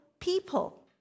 People